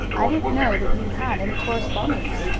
i didn't know that you had any correspondents.